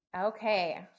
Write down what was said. Okay